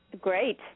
great